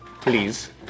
please